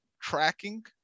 tracking